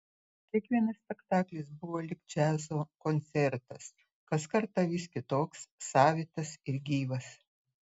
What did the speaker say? kiekvienas spektaklis buvo lyg džiazo koncertas kas kartą vis kitoks savitas ir gyvas